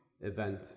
event